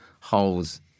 holes